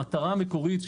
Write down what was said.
המטרה המקורית,